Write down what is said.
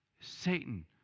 Satan